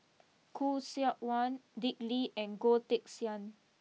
Khoo Seok Wan Dick Lee and Goh Teck Sian